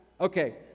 Okay